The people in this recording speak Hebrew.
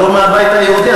אבל הוא מהבית היהודי,